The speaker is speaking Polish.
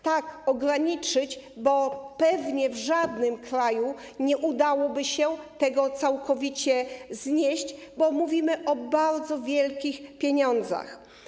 Tak, ograniczyć, bo pewnie w żadnym kraju nie udałoby się tego całkowicie znieść, bo mówimy o bardzo wielkich pieniądzach.